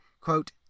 quote